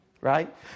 Right